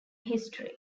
history